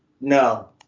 No